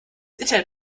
internet